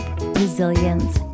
resilience